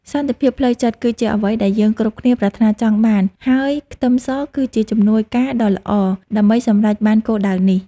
សន្តិភាពផ្លូវចិត្តគឺជាអ្វីដែលយើងគ្រប់គ្នាប្រាថ្នាចង់បានហើយខ្ទឹមសគឺជាជំនួយការដ៏ល្អដើម្បីសម្រេចបានគោលដៅនេះ។